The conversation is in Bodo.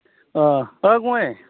ओह ओइ गुमै